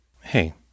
Hey